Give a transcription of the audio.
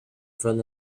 from